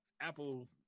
Apple